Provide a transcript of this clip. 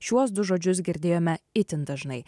šiuos du žodžius girdėjome itin dažnai